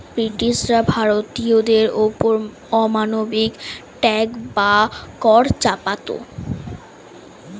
ব্রিটিশরা ভারতীয়দের ওপর অমানবিক ট্যাক্স বা কর চাপাতো